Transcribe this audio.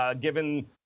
given